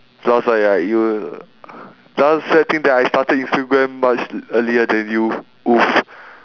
plus ah right you just sad thing that I started instagram much earlier than you !oof!